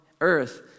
earth